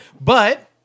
But-